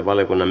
asia